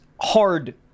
hard